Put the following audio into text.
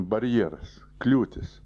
barjeras kliūtis